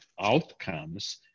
outcomes